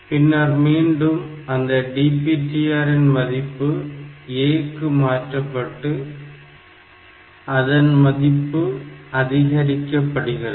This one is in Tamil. பின்னர் மீண்டும் அந்த DPTR இன் மதிப்பு A க்கு மாற்றப்பட்டு அதன் மதிப்பு அதிகரிக்கப்படுகிறது